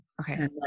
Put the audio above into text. Okay